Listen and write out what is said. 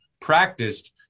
practiced